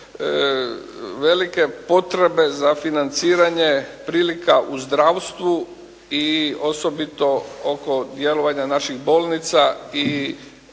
velike potrebe za financiranje prilika u zdravstvu i osobito oko djelovanja naših bolnica